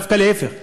דווקא להפך.